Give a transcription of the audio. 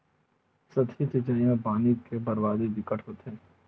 सतही सिचई म पानी के बरबादी बिकट होथे